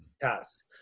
tasks